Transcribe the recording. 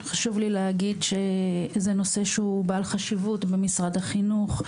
חשוב לי להגיד שזה נושא שהוא בעל חשיבות במשרד החינוך,